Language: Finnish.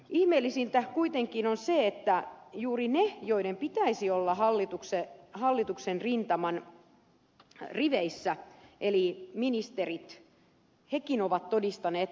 ihmeellisintä kuitenkin on se että juuri ne joiden pitäisi olla hallituksen rintaman riveissä eli ministerit ovat hekin todistaneet toisin